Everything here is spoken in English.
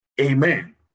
Amen